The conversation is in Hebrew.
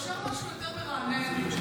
אפשר משהו יותר מרענן?